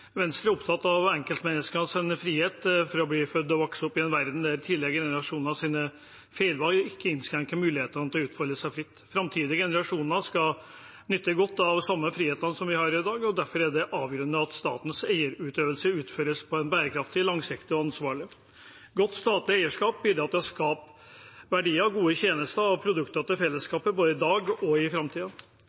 Venstre er opptatt av enkeltmenneskets frihet til å bli født og vokse opp i en verden der tidligere generasjoners feil ikke innskrenker mulighetene til å utfolde seg fritt. Framtidige generasjoner skal nyte godt av de samme frihetene som vi har i dag, og derfor er det avgjørende at statens eierutøvelse utføres på en bærekraftig, langsiktig og ansvarlig måte. Godt statlig eierskap bidrar til å skape verdier, gode tjenester og produkter til fellesskapet, både i dag og i